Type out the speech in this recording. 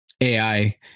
ai